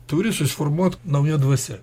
turi susiformuot nauja dvasia